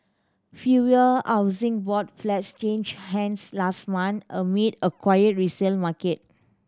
fewer Housing Board flats changed hands last month amid a quiet resale market